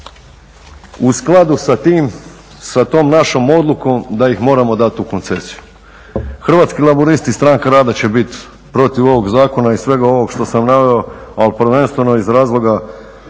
u skladu sa tom našom odlukom da ih moramo dati u koncesiju. Hrvatski laburisti-Stranka rada će biti protiv ovog zakona i svega ovog što sam naveo ali prvenstveno iz razloga